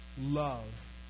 love